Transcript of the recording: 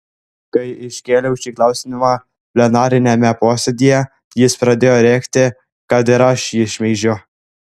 kai iškėliau šį klausimą plenariniame posėdyje jis pradėjo rėkti kad ir aš jį šmeižiu